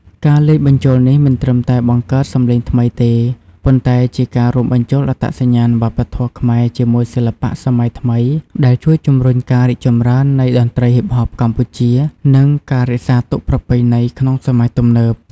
ការលាយបញ្ចូលនេះមិនត្រឹមតែបង្កើតសម្លេងថ្មីទេ ប៉ុន្តែជាការរួមបញ្ចូលអត្តសញ្ញាណវប្បធម៌ខ្មែរជាមួយសិល្បៈសម័យថ្មី ដែលជួយជំរុញការរីកចម្រើននៃតន្ត្រីហ៊ីបហបកម្ពុជា និង ការរក្សាទុកប្រពៃណីក្នុងសម័យទំនើប។